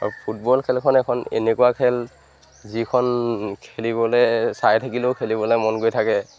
আৰু ফুটবল খেলখন এখন এনেকুৱা খেল যিখন খেলিবলৈ চাই থাকিলেও খেলিবলৈ মন গৈ থাকে